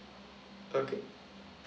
okay